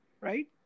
right